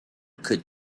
could